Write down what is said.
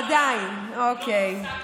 עדיין, אוקיי.